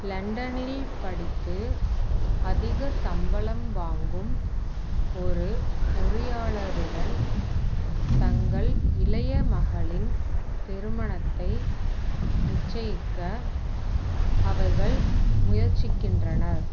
லண்டனில் படித்து அதிகச் சம்பளம் வாங்கும் ஒரு பொறியாளருடன் தங்கள் இளைய மகளின் திருமணத்தை நிச்சயிக்க அவர்கள் முயற்சிக்கின்றனர்